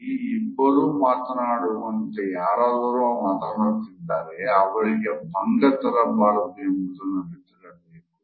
ಈ ಇಬ್ಬರೂ ಮಾತನಾಡುವಂತೆ ಯಾರಾದರೋ ಮಾತನಾಡುತ್ತಿದ್ದಾರೆ ಅವರಿಗೆ ಭಂಗ ತರಬಾರದು ಎಂಬುದನ್ನು ಅರಿತಿರಬೇಕು